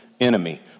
enemy